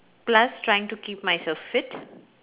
plus trying to keep myself fit